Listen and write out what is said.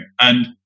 And-